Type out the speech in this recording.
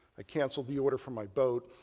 i canceled the order for my boat.